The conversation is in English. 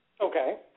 Okay